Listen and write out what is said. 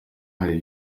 hari